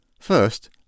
First